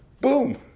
boom